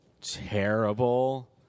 terrible